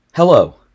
Hello